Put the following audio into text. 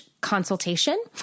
consultation